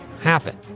happen